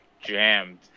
jammed